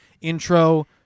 intro